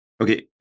Okay